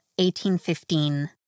1815